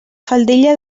faldilla